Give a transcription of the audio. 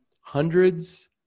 hundreds